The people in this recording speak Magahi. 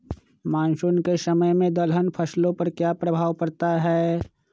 मानसून के समय में दलहन फसलो पर क्या प्रभाव पड़ता हैँ?